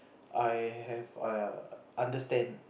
I have I understand